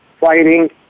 fighting